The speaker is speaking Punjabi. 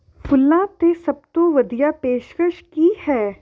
ਫੁੱਲਾਂ 'ਤੇ ਸਭ ਤੋਂ ਵਧੀਆ ਪੇਸ਼ਕਸ਼ ਕੀ ਹੈ